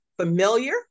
familiar